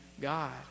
God